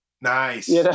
Nice